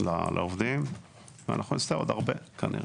לעובדים ואנחנו נעשה עוד הרבה כנראה.